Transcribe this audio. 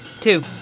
Two